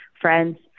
friends